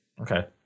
Okay